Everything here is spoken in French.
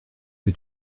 que